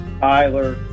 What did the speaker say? Tyler